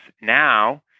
now